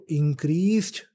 increased